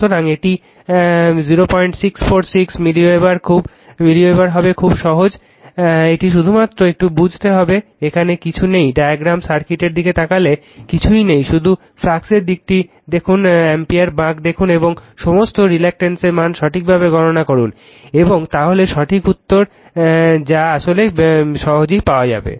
সুতরাং এটি 0646 মিলিওয়েবার হবে খুব সহজ এটি শুধুমাত্র একটু বুঝতে হবে সেখানে কিছুই নেই ডায়াগ্রাম সার্কিটের দিকে তাকালে কিছুই নেই শুধু ফ্লাক্সের দিকটি দেখুন অ্যাম্পিয়ার বাঁক দেখুন এবং সমস্ত রিল্যাকটেন্সের মান সঠিকভাবে গণনা করুন এবং তাহলে সঠিক উত্তর যা কল করবে তা আসলে কিছুই নেই